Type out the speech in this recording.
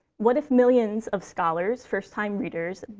what if millions of scholars, first-time readers,